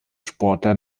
sportler